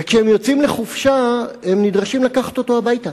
וכשהם יוצאים לחופשה הם נדרשים לקחת אותו הביתה.